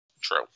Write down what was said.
True